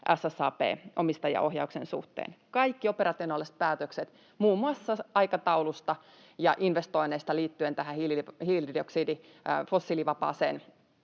SSAB:n omistajaohjauksen suhteen. Kaikki operatiiviset päätökset muun muassa aikataulusta ja investoinneista liittyen tähän hiilidioksidi-, fossiilivapaaseen